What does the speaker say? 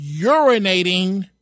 urinating